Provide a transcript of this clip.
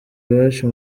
iwacu